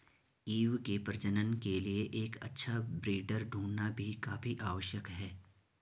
ewe के प्रजनन के लिए एक अच्छा ब्रीडर ढूंढ़ना भी काफी आवश्यक है